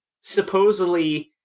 supposedly